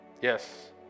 Yes